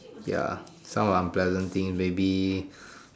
ya some unpleasant things maybe